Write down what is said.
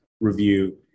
review